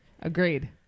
Agreed